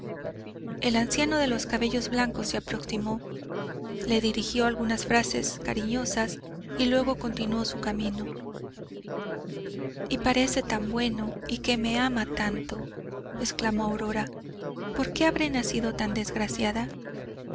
el anciano de los cabellos blancos se aproximó le dirigió algunas cariñosas frases y luego continuó su camino y parece tan bueno y que me ama tanto exclamó aurora por qué habré nacido tan desgraciada